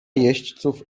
jeźdźców